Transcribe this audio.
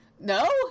No